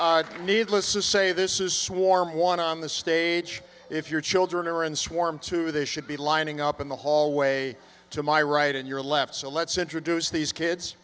award needless to say this is so warm one on the stage if your children are in swarm two they should be lining up in the hallway to my right and your left so let's introduce these kids